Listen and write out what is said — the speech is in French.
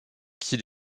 qu’il